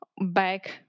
back